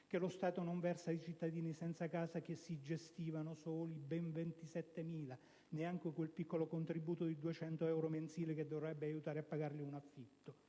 Che lo Stato non versa ai cittadini senza casa, che si gestiscono da soli (ben 27.000), neanche quel piccolo contributo di 200 euro mensili che dovrebbe aiutarli a pagare un affitto.